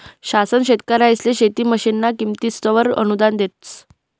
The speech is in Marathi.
शासन शेतकरिसले शेत मशीनना किमतीसवर अनुदान देस